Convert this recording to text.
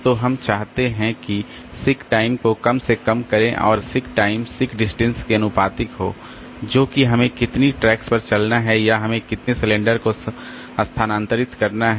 तो हम चाहते हैं कि सीक टाइम को कम से कम करें और सीक टाइम सीक डिस्टेंस के आनुपातिक हो जो कि हमें कितनी ट्रैक्स पर चलना है या हमें कितने सिलेंडर को स्थानांतरित करना है